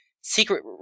Secret